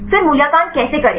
फिर मूल्यांकन कैसे करें